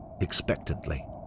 Expectantly